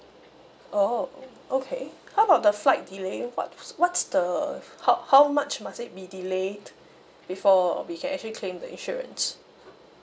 oh okay how about the flight delay what's what's the how how much must it be delayed before we can actually claim the insurance